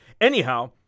Anyhow